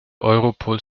europol